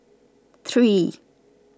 three